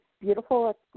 Beautiful